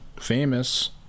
Famous